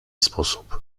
sposób